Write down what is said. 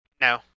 no